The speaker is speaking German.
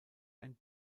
ein